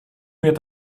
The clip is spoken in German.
mir